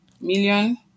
million